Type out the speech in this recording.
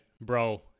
bro